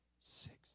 six